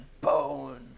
bone